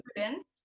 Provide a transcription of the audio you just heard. students